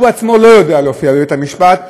הוא עצמו לא יודע להופיע בבית-המשפט,